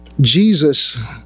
Jesus